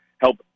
help